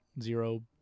zero